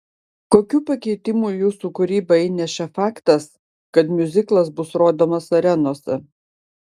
kokių pakeitimų į jūsų kūrybą įnešė faktas kad miuziklas bus rodomas arenose